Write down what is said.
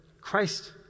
Christ